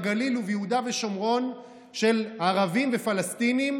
בגליל וביהודה ושומרון של ערבים ופלסטינים,